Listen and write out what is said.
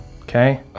Okay